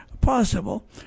possible